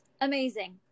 Amazing